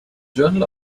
journal